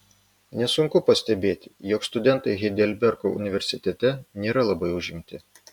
nesunku pastebėti jog studentai heidelbergo universitete nėra labai užimti